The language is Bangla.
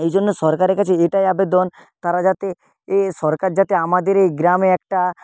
এই জন্য সরকারের কাছে এটাই আবেদন তারা যাতে এ সরকার যাতে আমাদের এই গ্রামে একটা